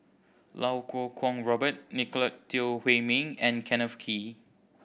Lau Kuo Kwong Robert Nicolette Teo Wei Min and Kenneth Kee